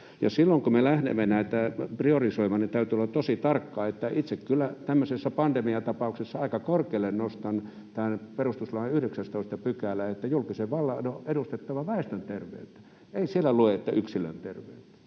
Silloin kun me lähdemme näitä priorisoimaan, niin täytyy olla tosi tarkka. Itse kyllä tämmöisessä pandemiatapauksessa aika korkealle nostan perustuslain 19 §:n: julkisen vallan on edustettava väestön terveyttä — ei siellä lue, että yksilön terveyttä.